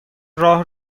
راه